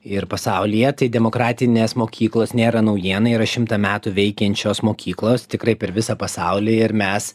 ir pasaulyje tai demokratinės mokyklos nėra naujiena yra šimtą metų veikiančios mokyklos tikrai per visą pasaulį ir mes